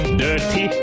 dirty